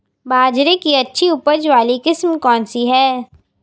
बाजरे की अच्छी उपज वाली किस्म कौनसी है?